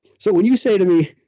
so, when you say to me,